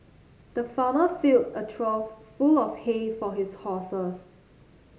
the farmer filled a trough full of hay for his horses